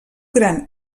gran